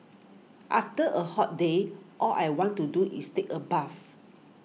after a hot day all I want to do is take a bath